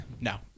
no